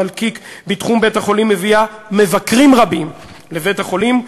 אלקיק בתחום בית-החולים מביאה מבקרים רבים לבית-החולים,